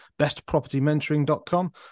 bestpropertymentoring.com